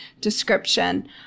description